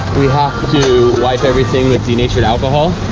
we have to wipe everything with denatured alcohol,